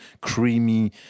creamy